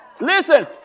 Listen